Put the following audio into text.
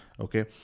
Okay